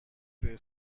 توی